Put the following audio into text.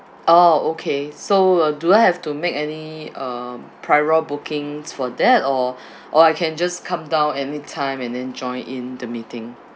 orh okay so uh do I have to make any um prior bookings for that or or I can just come down anytime and then join in the meeting